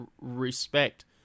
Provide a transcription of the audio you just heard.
respect